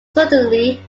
suddenly